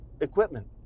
equipment